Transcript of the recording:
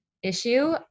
issue